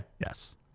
Yes